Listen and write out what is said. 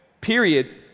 periods